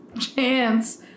Chance